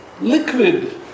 liquid